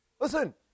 Listen